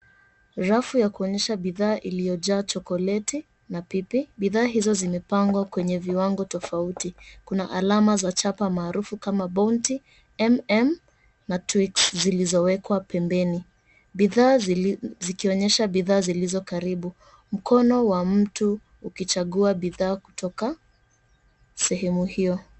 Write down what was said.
Rafu ya kuonyesha bidhaa iliyojaa chokoleti na pipi. Bidhaa hizo zimepangwa kwenye viwango tofauti. Kuna alama za chapa maarufu kama Bounty, MM na Twix zilizowekwa pembeni zikionyesha bidhaa zilizo karibu. Mkono wa mtu ukichagua bidhaa kutoka sehemu hiyo.